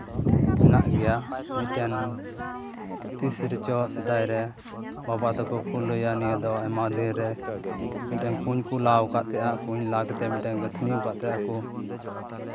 ᱦᱮᱱᱟᱜ ᱜᱮᱭᱟ ᱢᱤᱫᱴᱮᱱ ᱛᱤᱥ ᱨᱮᱪᱚ ᱥᱮᱫᱟᱭ ᱨᱮ ᱵᱟᱵᱟ ᱛᱟᱠᱚ ᱠᱚ ᱞᱟᱹᱭᱟ ᱱᱤᱭᱟᱹ ᱫᱚ ᱟᱭᱢᱟ ᱫᱤᱱᱨᱮ ᱢᱤᱫᱴᱮᱱ ᱠᱩᱸᱧ ᱠᱚ ᱞᱟᱜ ᱠᱟᱜ ᱛᱟᱦᱮᱸᱜᱼᱟ ᱠᱩᱸᱧ ᱞᱟ ᱠᱟᱛᱮᱜ ᱢᱤᱫᱴᱮᱱ ᱜᱟᱹᱛᱷᱱᱤ ᱠᱟᱜ ᱛᱟᱦᱮᱸᱜ ᱠᱚ